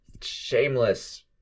shameless